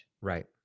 Right